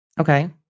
Okay